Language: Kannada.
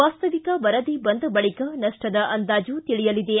ವಾಸ್ತವಿಕ ವರದಿ ಬಂದ ಬಳಿಕ ನಷ್ಟದ ಅಂದಾಜು ತಿಳಿಯಲಿದೆ